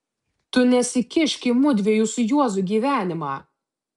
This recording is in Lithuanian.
tu nesikišk į mudviejų su juozu gyvenimą